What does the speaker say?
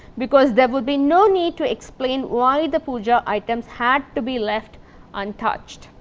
because there would be no need to explain why the puja items had to be left untouched.